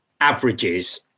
averages